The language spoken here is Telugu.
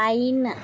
పైన